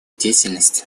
деятельность